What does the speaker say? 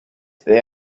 through